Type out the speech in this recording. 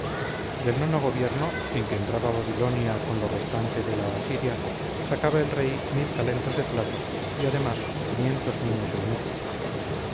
del nono gobierno en que entraba babilonia con lo restante de la asiria sacaba el rey talentos de plata y además niños eunucos